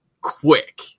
quick